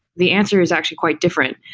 the answer is actually quite different.